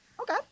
Okay